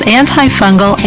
antifungal